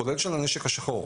כולל של הנשק של השחור.